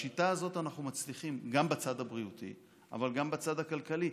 בשיטה הזאת אנחנו מצליחים גם בצד הבריאותי אבל גם בצד הכלכלי.